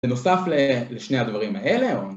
בנוסף לשני הדברים האלה.